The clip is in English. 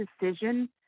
decision